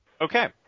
Okay